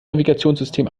navigationssystem